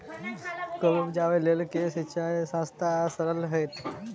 कोबी उपजाबे लेल केँ सिंचाई सस्ता आ सरल हेतइ?